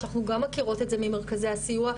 אנחנו גם מכירות את זה ממרכזי הסיוע,